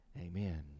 Amen